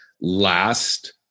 last